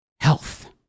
health